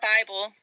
Bible